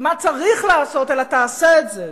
מה צריך לעשות, אלא תעשה את זה.